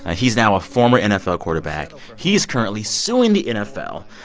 ah he's now a former nfl quarterback. he is currently suing the nfl.